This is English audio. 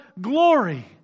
glory